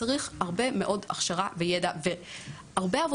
זו לא קבוצת תמיכה וזה לא משהו שאפשר ללמוד בשתי דקות.